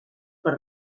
per